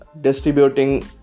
distributing